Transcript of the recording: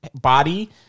Body